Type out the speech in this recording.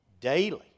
daily